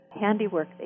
handiwork